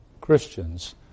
Christians